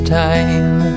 time